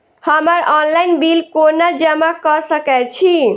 हम्मर online bill कोना जमा कऽ सकय छी?